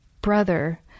brother